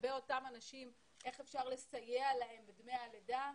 לגבי אותן הנשים איך אפשר לסייע להן בדמי הלידה,